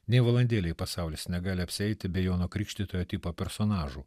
nė valandėlei pasaulis negali apsieiti be jono krikštytojo tipo personažų